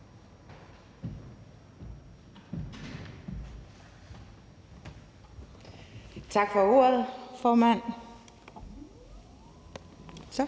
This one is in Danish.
Tak for det, formand. Med